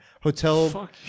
hotel